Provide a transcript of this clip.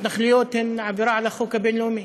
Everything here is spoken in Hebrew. התנחלויות הן עבירה על החוק הבין-לאומי,